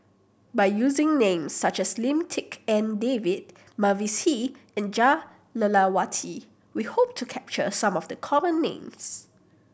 by using names such as Lim Tik En David Mavis Hee and Jah Lelawati we hope to capture some of the common names